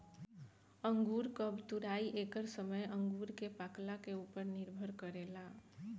अंगूर कब तुराई एकर समय अंगूर के पाकला के उपर निर्भर करेला